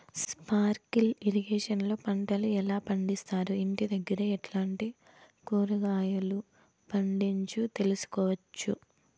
Sprinkle irrigation లో పంటలు ఎలా పండిస్తారు, ఇంటి దగ్గరే ఎట్లాంటి కూరగాయలు పండించు తెలుసుకోవచ్చు?